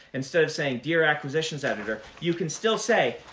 instead of saying, dear acquisitions editor, you can still say,